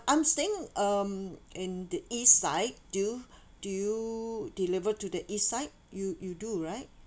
I'm staying um in the east side do you do you deliver to the east side you you do right